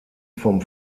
vom